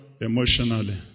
emotionally